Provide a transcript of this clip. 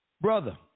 Brother